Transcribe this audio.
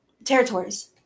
territories